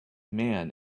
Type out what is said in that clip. man